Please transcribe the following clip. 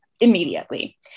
immediately